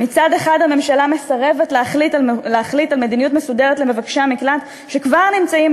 מצד אחד הממשלה מסרבת להחליט על מדיניות מסודרת למבקשי המקלט שכבר נמצאים